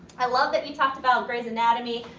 i loved that you talked about grey's anatomy.